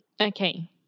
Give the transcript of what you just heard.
Okay